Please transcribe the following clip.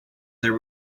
there